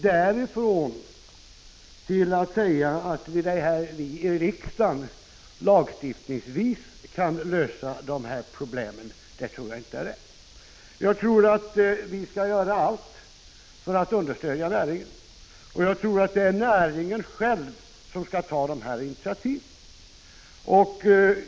Därifrån till att säga att vi här i riksdagen lagstiftningsvägen kan lösa dessa problem är att gå för långt, och det är alltså inte riktigt. Vi skall göra allt för att understödja näringen, och näringen själv måste ta sådana initiativ.